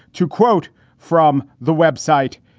to quote from the web site,